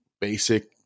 basic